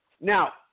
Now